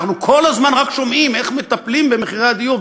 אנחנו כל הזמן רק שומעים איך מטפלים במחירי הדיור,